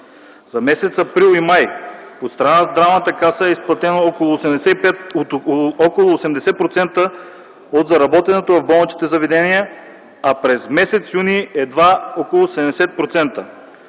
За м. април и май от страна на Здравната каса е изплатено около 80% от заработеното в болничните заведения, а през м. юни едва около 70%.